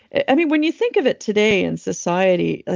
and i mean, when you think of it today in society, ah